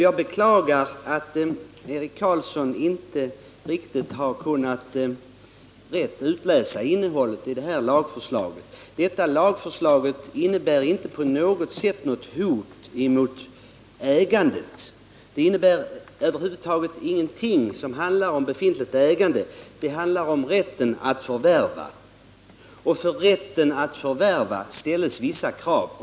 Jag beklagar att Eric Carlsson inte rätt kunnat tolka innehållet i lagförslaget, som inte på något sätt innebär något hot emot ägandet. Den föreslagna lagen har över huvud taget ingen verkan på befintligt ägande utan endast på rätten att förvärva jordbruksfastighet. Till denna rätt knyts sedan vissa krav.